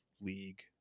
league